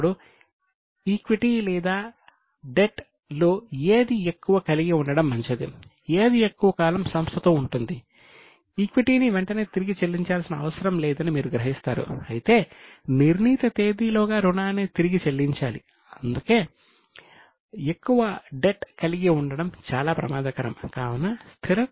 ఇప్పుడు మనము ఈక్విటీ మధ్య సమతుల్యతను కలిగి ఉండాలి